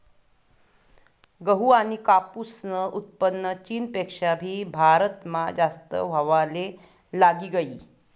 गहू आनी कापूसनं उत्पन्न चीनपेक्षा भी भारतमा जास्त व्हवाले लागी गयी